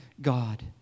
God